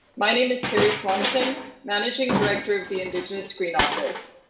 my name is kerry swanson, managing director of the indigenous screen office.